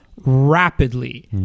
rapidly